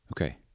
Okay